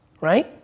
right